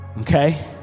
okay